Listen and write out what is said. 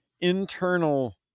internal